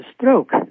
stroke